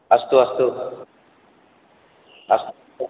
अस्तु अस्तु अस्तु